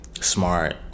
smart